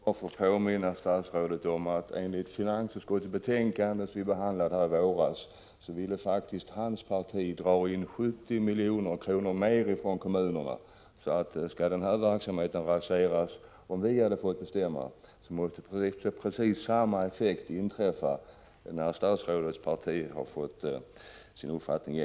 Herr talman! Låt mig bara få påminna statsrådet om att enligt ett finansutskottets betänkande som vi behandlade här i kammaren i våras ville statsrådets eget parti dra in 70 milj.kr. mer av bidragen till kommunerna. Skulle den här verksamheten raseras om vi hade fått bestämma, så måste effekten bli precis densamma när statsrådets eget parti fått igenom sin uppfattning.